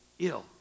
ill